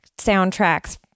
soundtracks